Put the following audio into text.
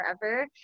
forever